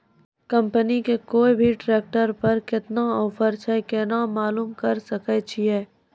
Company के कोय भी ट्रेक्टर पर केतना ऑफर छै केना मालूम करऽ सके छियै?